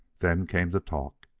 then came the talk.